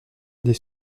des